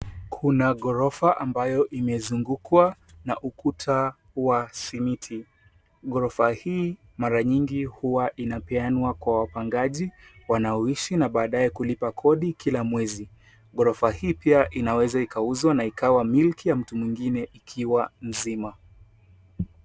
Kuna ghorofa ambayo imezungukwa na ukuta wa simiti. Ghorofa hii mara nyingi huwa inapeanwa kwa wapangaji wanaoishi na baadae kulipa kodi kila mwezi. Ghorofa hii pia inaweza ikauzwa na ikawa milki ya mtu mwingine ikiwa nzima.